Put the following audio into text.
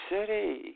City